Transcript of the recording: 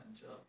job